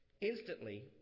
Instantly